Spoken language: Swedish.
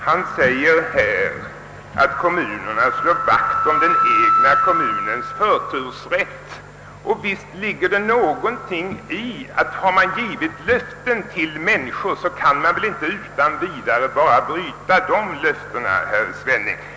Han säger att kommunerna slår vakt om den egna kommunens förtursrätt. Och visst är det väl så, herr Svenning, att om man givit vissa löften till människor, så kan man inte utan vidare bryta dessa.